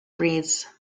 breeze